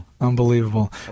Unbelievable